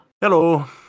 Hello